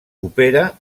opera